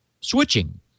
switching